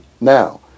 now